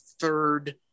third